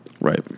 right